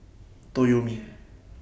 Toyomi